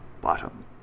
bottom